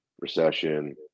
recession